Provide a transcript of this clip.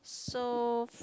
so